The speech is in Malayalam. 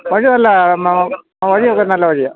വഴി നല്ലതാണ് വഴിയൊക്കെ നല്ല വഴിയാണ്